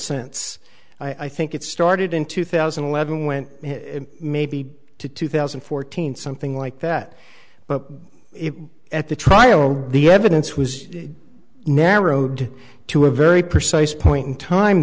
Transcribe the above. sense i think it started in two thousand and eleven when maybe to two thousand and fourteen something like that but it was at the trial the evidence was narrowed to a very precise point in time